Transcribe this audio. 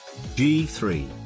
G3